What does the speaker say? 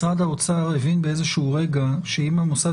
משרד האוצר הבין באיזשהו רגע שאם המוסד